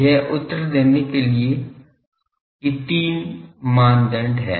यह उत्तर देने के लिए कि तीन मापदंड हैं